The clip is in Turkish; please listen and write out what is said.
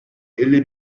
elli